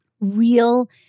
real